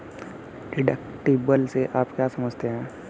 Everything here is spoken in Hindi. डिडक्टिबल से आप क्या समझते हैं?